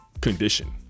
condition